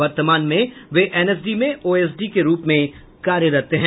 वर्तमान में वे एनएसडी में ओएसडी के रूप में कार्यरत हैं